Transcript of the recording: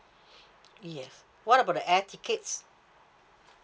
yes what about the air tickets